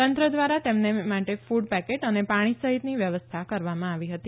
તંત્ર દ્વારા તેમને માટે ફડ પેકેટ અને પાણી સહિતની વ્યવસ્થા કરવામાં આવી હતી